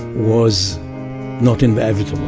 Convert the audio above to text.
was not inevitable.